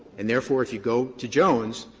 and, therefore, if you go to jones,